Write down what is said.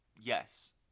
Yes